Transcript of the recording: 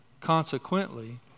consequently